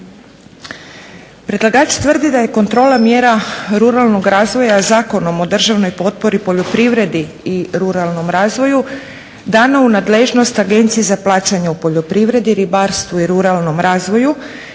Predlagač tvrdi da je kontrola mjera ruralnog razvoja Zakonom o državnoj potpori poljoprivredi i ruralnom razvoju dana u nadležnost Agenciji za plaćanje u poljoprivredi, ribarstvu i ruralnom razvoju,